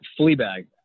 Fleabag